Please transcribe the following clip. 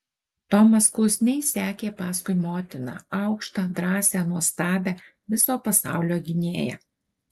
tomas klusniai sekė paskui motiną aukštą drąsią nuostabią viso pasaulio gynėją